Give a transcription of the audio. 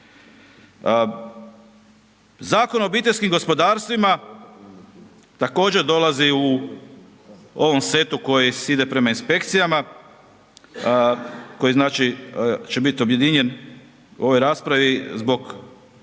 Zakon o obiteljskim gospodarstvima također dolazi u ovom setu koji ide prema inspekcijama, koji znači će biti objedinjen u ovoj raspravi zbog